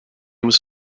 was